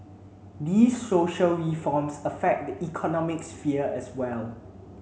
these social reforms affect the economic sphere as well